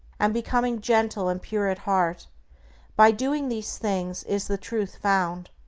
and becoming gentle and pure at heart by doing these things is the truth found.